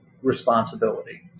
responsibility